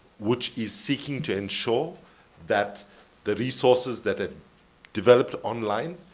which is seeking to ensure that the resources that ah developed online,